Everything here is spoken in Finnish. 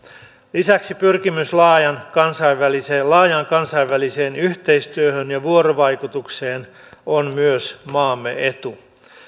lisäksi pyrkimys laajaan kansainväliseen laajaan kansainväliseen yhteistyöhön ja vuorovaikutukseen on maamme etu